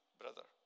brother